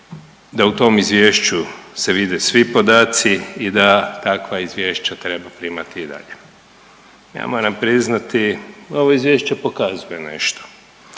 da u tom izvješću se vide svi podaci i da takva izvješća treba primati i dalje. Ja moram priznati ovo izvješće pokazuje nešto.